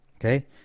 Okay